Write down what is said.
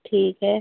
ठीक है